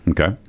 Okay